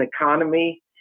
economy